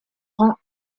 rangs